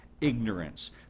ignorance